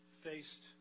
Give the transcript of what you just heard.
faced